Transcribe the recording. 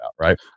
Right